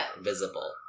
visible